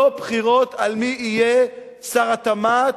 לא בחירות מי יהיה שר התמ"ת,